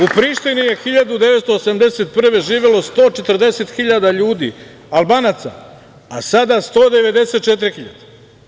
U Prištini je 1981. godine živelo 140 hiljada ljudi, Albanaca, a sada 194 hiljade.